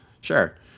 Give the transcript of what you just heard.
sure